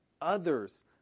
others